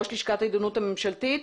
ראש לשכת העיתונות הממשלתית,